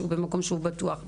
במקום שהוא בטוח,